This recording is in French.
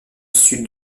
sud